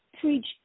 preach